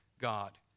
God